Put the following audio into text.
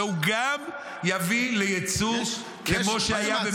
והוא גם יביא ליצוא, כמו שהיה.